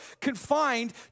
confined